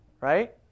right